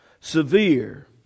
severe